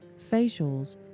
facials